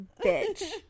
bitch